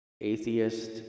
Atheist